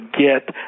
get